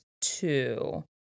two